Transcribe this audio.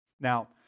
Now